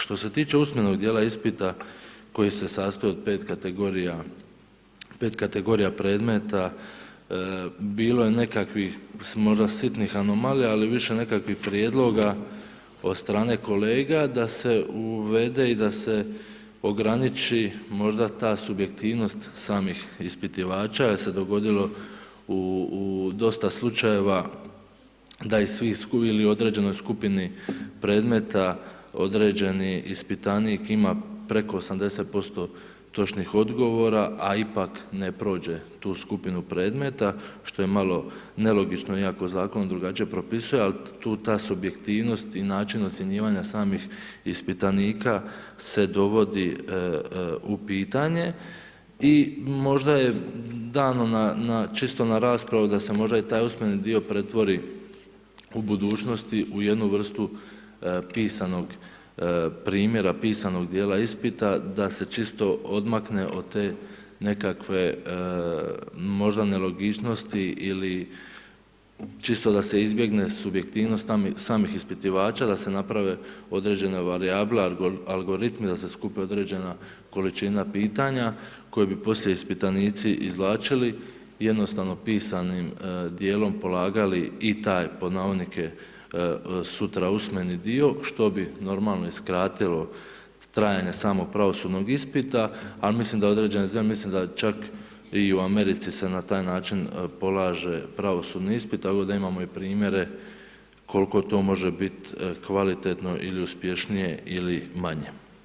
Što se tiče usmenog dijela ispita koji se sastoji od 5 kategorija predmeta, bilo je kakvih možda sitnih anomalija, ali više nekakvih prijedloga od strane kolega da se uvede i da se ograniči možda ta subjektivnost samih ispitivača jer se dogodilo u dosta slučajeva da .../nerazumljivo/... ili određenoj skupini predmeta određeni ispitanik ima preko 80% točnih odgovora, a ipak ne prođe tu skupinu predmeta, što je malo nelogično, iako zakon drugačije propisuje, ali tu ta subjektivnost i način ocjenjivanja samih ispitanika se dovodi u pitanje i možda je dan na čisto na raspravu da se možda taj usmeni dio pretvori u budućnosti u jednu vrstu pisanog primjera, pisanog dijela ispita, da se čisto odmakne od te nekakve možda nelogičnosti ili čisto da se izbjegne subjektivnost samih ispitivača, da se naprave određene varijable, algoritmi da se skupe određena količina pitanja koja bi poslije ispitanici izvlačili, jednostavno pisanim dijelom polagali i taj pod navodnike, sutra usmeni dio, što bi normalno, i skratilo trajanje samog pravosudnog ispita, ali mislim da određene zemlje, mislim da je čak i u Americi se na taj način polaže pravosudni ispit, tako da imamo i primjere koliko to može biti kvalitetno ili uspješnije ili manje.